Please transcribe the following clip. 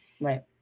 right